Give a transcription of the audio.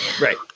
Right